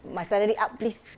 my salary up please